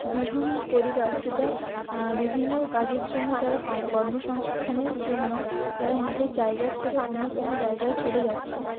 গৃহহীন পরিবার যেটা বিভিন্ন কাজের জন্য তারা কর্মসংস্থানের জন্য তারা নিজের জায়গা ছেড়ে অন্য কোনও জায়গায় চলে যাচ্ছে